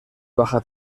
baja